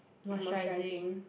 moisturising